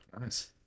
nice